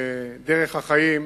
דרך החיים